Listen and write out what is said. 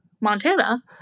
Montana